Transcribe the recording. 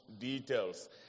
details